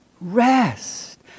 rest